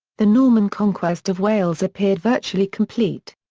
the norman conquest of wales appeared virtually complete.